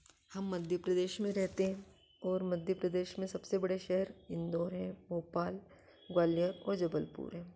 हम मध्य प्रदेश में रहते हैं और मध्य प्रदेश में सबसे बड़े शहर इंदौर है भोपाल ग्वालियर और जबलपुर हैं